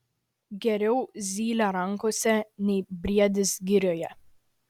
geriau zylė rankose nei briedis girioje